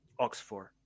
Oxford